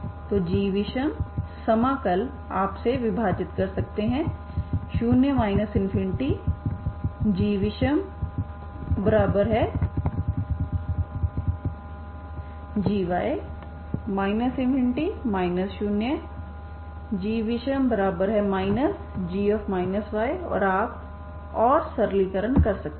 तो gविषम समाकल आपसे विभाजित कर सकते हैं 0 ∞ gविषमg ∞ 0 g विषम g और आप और सरलीकरण कर सकते हैं